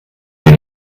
den